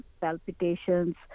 palpitations